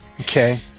Okay